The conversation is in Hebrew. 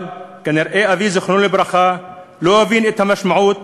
אבל כנראה אבי זיכרונו לברכה לא הבין את המשמעות,